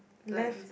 left